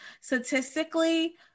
statistically